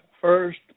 first